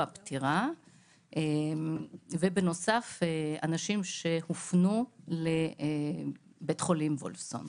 פטירה ובנוסף אנשים שהופנו לבית חולים וולפסון.